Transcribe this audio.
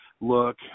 look